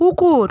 কুকুর